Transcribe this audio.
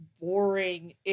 boring